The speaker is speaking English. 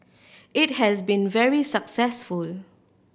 it has been very successful